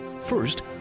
First